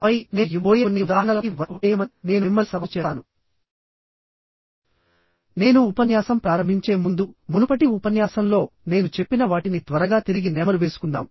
ఆపై నేను ఇవ్వ బోయే కొన్ని ఉదాహరణలపై వర్క్ ఔట్ చేయమని నేను మిమ్మల్ని సవాలు చేస్తానునేను ఉపన్యాసం ప్రారంభించే ముందు మునుపటి ఉపన్యాసంలో నేను చెప్పిన వాటిని త్వరగా తిరిగి నెమరు వేసుకుందాం